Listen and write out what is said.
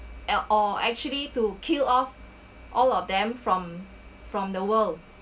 at all actually to kill off all of them from from the world